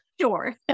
Sure